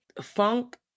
funk